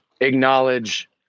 acknowledge